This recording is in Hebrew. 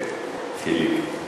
שודרגת.